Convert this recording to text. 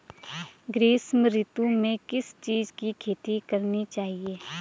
ग्रीष्म ऋतु में किस चीज़ की खेती करनी चाहिये?